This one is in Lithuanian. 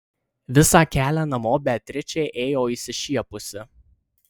visą kelią namo beatričė ėjo išsišiepusi